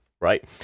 right